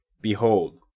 Behold